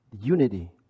unity